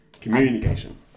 Communication